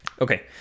okay